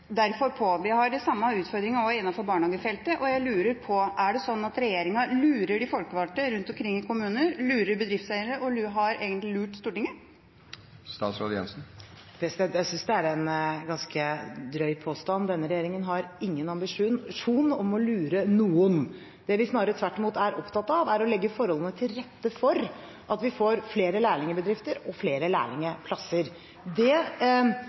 har de samme utfordringene også innenfor barnehagefeltet, og jeg lurer derfor på om det er sånn at regjeringa lurer de folkevalgte rundt omkring i kommuner, lurer bedriftseiere og egentlig har lurt Stortinget? Jeg synes det er en ganske drøy påstand. Denne regjeringen har ingen ambisjon om å lure noen. Det vi snarere tvert imot er opptatt av, er å legge forholdene til rette for at vi får flere lærlingbedrifter og flere lærlingplasser. Det